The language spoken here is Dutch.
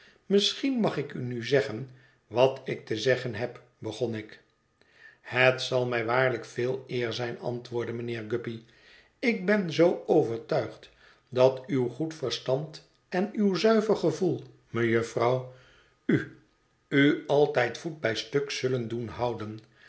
misschien mag ik nu zeggen wat ik te zeggen heb begon ik het zal mij waarlijk veel eer zijn antwoordde mijnheer guppy ik ben zoo overtuigd dat uw goed verstand en uw zuiver gevoel mejufvrouw u u altijd voet bij stuk zullen doen houden